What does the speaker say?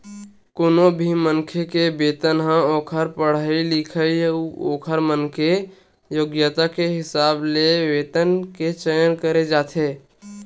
कोनो भी मनखे के वेतन ह ओखर पड़हाई लिखई अउ ओखर मन के योग्यता के हिसाब ले वेतन के चयन करे जाथे